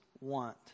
want